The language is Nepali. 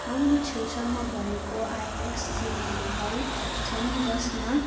हाम्रो छेउछाउमा भएको आयनक्स सिनेमा हल छन् जसमा